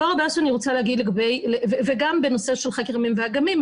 גם בנושא של חקר ימים ואגמים,